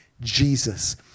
Jesus